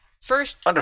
First